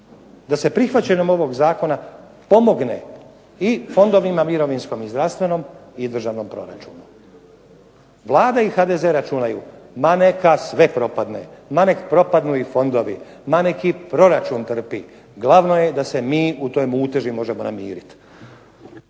da se prihvaćanjem ovog zakona pomogne i fondovima mirovinskom i zdravstvenom i državnom proračunu. Vlada i HDZ računaju ma neka sve propadne, ma nek propadnu i fondovi, ma nek i proračun trpi, glavno je da se mi u toj muteži možemo namiriti.